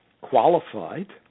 qualified